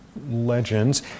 legends